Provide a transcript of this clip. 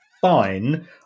fine